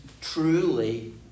truly